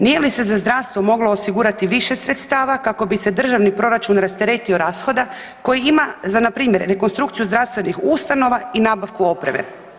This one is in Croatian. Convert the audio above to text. Nije li se za zdravstvo moglo osigurati više sredstava kako bi se državni proračun rasteretio rashoda koji ima za na primjer rekonstrukciju zdravstvenih ustanova i nabavku opreme.